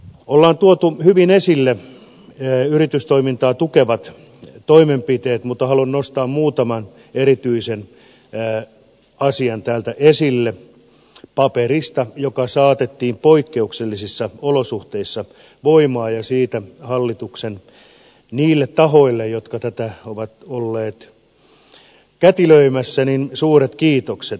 on tuotu hyvin esille yritystoimintaa tukevat toimenpiteet mutta haluan nostaa muutaman erityisen asian esille täältä paperista joka saatettiin poikkeuksellisissa olosuhteissa voimaan ja siitä hallituksen niille tahoille jotka tätä ovat olleet kätilöimässä suuret kiitokset